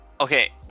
Okay